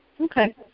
Okay